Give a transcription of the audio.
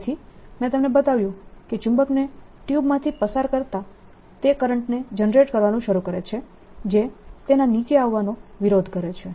તેથી મેં તમને બતાવ્યું કે ચુંબકને ટ્યુબ માંથી પસાર કરતા તે કરંટને જનરેટ કરવાનું શરૂ કરે છે જે તેના નીચે આવવાનો વિરોધ કરે છે